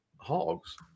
hogs